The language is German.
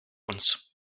uns